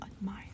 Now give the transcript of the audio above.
admire